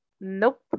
Nope